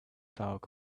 talk